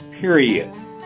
period